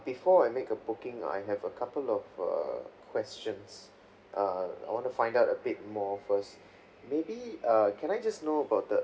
before I make a booking I have a couple of err questions err I want to find out a bit more first maybe uh can I just know about the